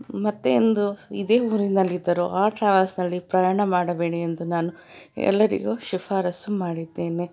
ಮತ್ತೆ ಎಂದು ಇದೇ ಊರಿನಲ್ಲಿದ್ದರು ಆ ಟ್ರಾವೆಲ್ಸ್ನಲ್ಲಿ ಪ್ರಯಾಣ ಮಾಡಬೇಡಿ ಎಂದು ನಾನು ಎಲ್ಲರಿಗೂ ಶಿಫಾರಸ್ಸು ಮಾಡಿದ್ದೇನೆ